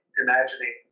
imagining